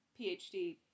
PhD